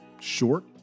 short